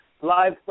Live